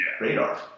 radar